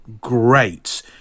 great